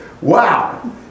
Wow